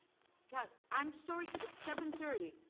yeah but i'm sorry. it's seven thirty.